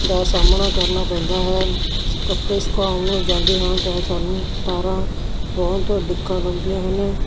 ਦਾ ਸਾਹਮਣਾ ਕਰਨਾ ਪੈਂਦਾ ਹੈ ਕੱਪੜੇ ਸੁਕਾਉਣ ਜਾਂਦੇ ਹਾਂ ਤਾਂ ਸਾਨੂੰ ਤਾਰਾਂ ਬਹੁਤ ਅੜਿੱਕਾ ਲਾਉਂਦੀਆਂ ਹਨ